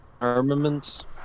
armaments